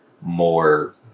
more